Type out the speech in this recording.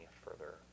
further